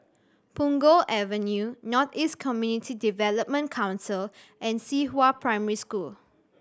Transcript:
Punggol Avenue North East Community Development Council and Cihua Primary School